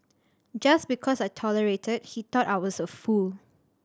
just because I tolerated he thought I was a fool